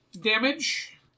damage